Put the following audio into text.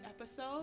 episode